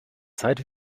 zeit